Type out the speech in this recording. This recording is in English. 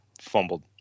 fumbled